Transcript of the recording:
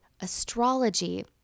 astrology